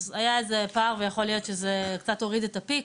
אז היה איזה פער ויכול להיות שזה קצת הוריד את הפיק